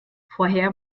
vorher